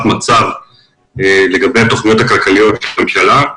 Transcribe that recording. מצב לגבי התוכניות הכלכליות של הממשלה.